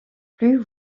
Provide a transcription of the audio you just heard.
plus